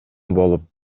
болуп